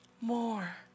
more